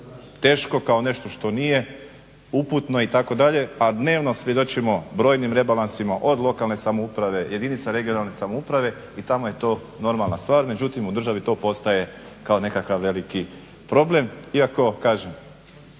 teško, kao nešto što nije uputno itd. a dnevno svjedočimo brojnim rebalansima od lokalne samouprave, jedinica regionalne samouprave i tamo je to normalna stvar. Međutim, u državi to postaje kao nekakav veliki problem, iako kažem